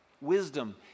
Wisdom